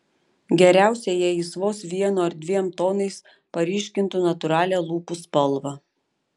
geriausia jei jis vos vienu ar dviem tonais paryškintų natūralią lūpų spalvą